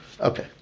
Okay